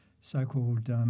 so-called